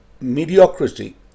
mediocrity